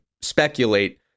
speculate